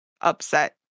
upset